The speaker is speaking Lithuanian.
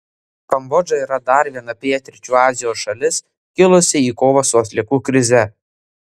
kambodža yra dar viena pietryčių azijos šalis kilusi į kovą su atliekų krize